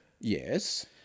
Yes